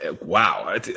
wow